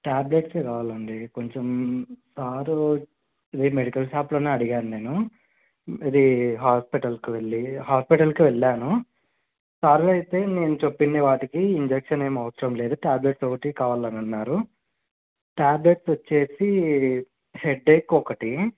ట్యాబ్లెట్సే కావాలి అండి కొంచెం సారు ఇది మెడికల్ షాప్లోనే అడిగాను నేను ఇది హాస్పిటల్కి వెళ్ళి హాస్పిటల్కి వెళ్ళాను సార్ అయితే మేము చెప్పినవి వాటికి ఇంజక్షన్ ఏం అవసరం లేదు ట్యాబ్లెట్స్ ఒకటి కావాలని అన్నారు ట్యాబ్లెట్స్ వచ్చేసి హెడేక్కి ఒకటి